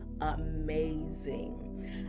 amazing